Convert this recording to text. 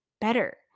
better